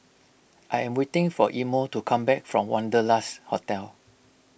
I am waiting for Imo to come back from Wanderlust Hotel